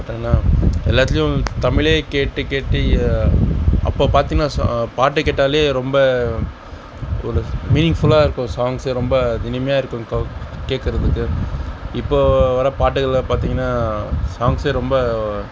பார்த்திங்கனா எல்லாத்துலேயும் தமிழை கேட்டு கேட்டு அப்போ பார்த்திங்கனா பாட்டு கேட்டாலே ரொம்ப ஒரு மீனிங் ஃபுல்லாக இருக்கும் சாங்ஸே ரொம்ப இனிமையாக இருக்கும் கேக்கிறத்துக்கு இப்போ வர பாட்டுகளில் பார்த்திங்கனா சாங்ஸே ரொம்ப